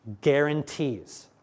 guarantees